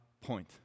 point